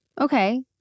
okay